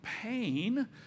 pain